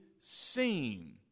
seen